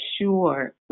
sure